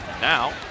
Now